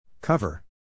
Cover